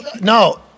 No